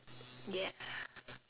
ya